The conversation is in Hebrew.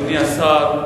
אדוני השר,